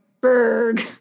berg